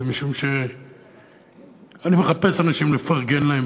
זה שאני מחפש אנשים לפרגן להם,